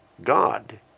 God